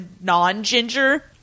non-ginger